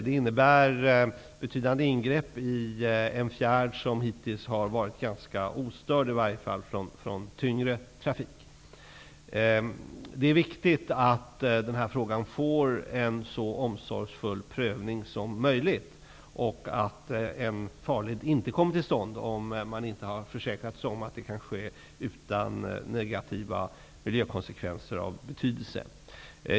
Det innebär betydande ingrepp i en fjärd som hittills har varit ganska ostörd, i varje fall när det gäller tyngre trafik. Det är viktigt att denna fråga får en så omsorgsfull prövning som möjligt och att en farled inte kommer till stånd om man inte har försäkrat sig om att detta kan ske utan negativa miljökonsekvenser av betydelse.